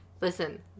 Listen